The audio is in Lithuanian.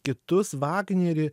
kitus vagnerį